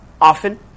often